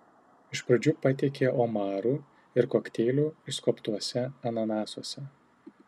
iš pradžių patiekė omarų ir kokteilių išskobtuose ananasuose